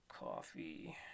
coffee